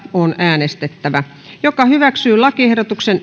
on äänestettävä lakiehdotuksen